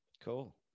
Cool